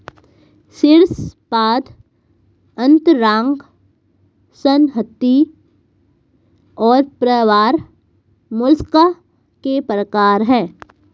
शीर्शपाद अंतरांग संहति और प्रावार मोलस्का के प्रकार है